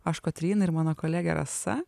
aš kotryna ir mano kolegė rasa